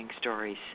stories